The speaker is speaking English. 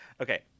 Okay